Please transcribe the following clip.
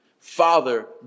Father